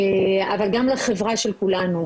אבל גם לחברה של כולנו.